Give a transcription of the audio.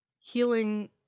healing